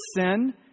sin